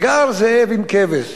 "וגר זאב עם כבש